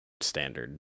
standard